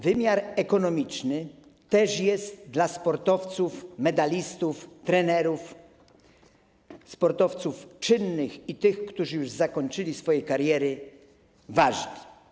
Wymiar ekonomiczny też jest dla sportowców, medalistów, trenerów, sportowców czynnych i tych, którzy już zakończyli swoje kariery, ważny.